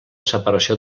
separació